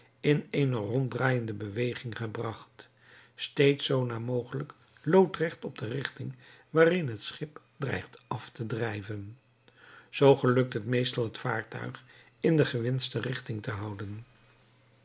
in eene ronddraaijende beweging gebracht steeds zoo na mogelijk loodrecht op de richting waarin het schip dreigt af te drijven zoo gelukt het meestal het vaartuig in de gewenschte richting te houden